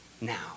now